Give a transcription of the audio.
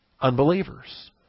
Unbelievers